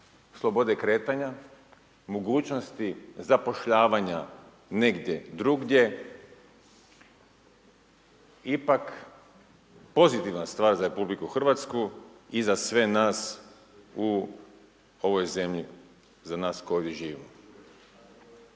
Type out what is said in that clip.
slobode kretanja, mogućnosti zapošljavanja negdje drugdje ipak pozitivna stvar za RH i za sve nas u ovoj zemlji, za nas koji ovdje